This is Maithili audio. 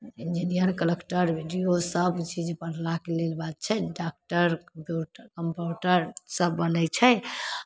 engineer collector B D O सबचीज बनलाके लेल छै बात छै डाकटर कम्पाउण्डर सब बनै छै